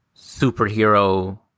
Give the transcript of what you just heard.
superhero